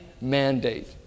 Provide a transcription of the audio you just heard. mandate